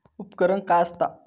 उपकरण काय असता?